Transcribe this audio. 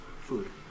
Food